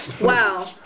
Wow